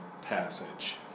passage